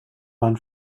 man